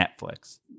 Netflix